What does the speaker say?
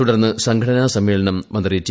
തുടർന്ന് സംഘടനാ സമ്മേളനം മന്ത്രി ടി